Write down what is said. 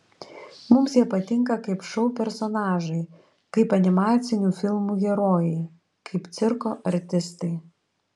mums jie patinka kaip šou personažai kaip animacinių filmų herojai kaip cirko artistai